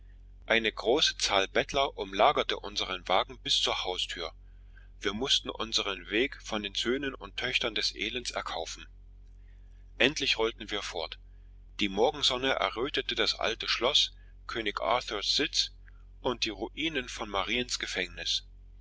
eine große anzahl bettler umlagerte unseren wagen bis zur haustür wir mußten unseren weg von den söhnen und töchtern des elends erkaufen endlich rollten wir fort die morgensonne rötete das alte schloß könig arthurs sitz und die ruinen von mariens gefängnis